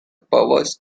perverse